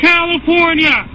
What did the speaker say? California